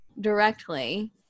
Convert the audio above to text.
directly